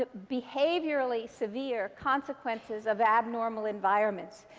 but behaviorally severe consequences of abnormal environments.